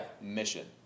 mission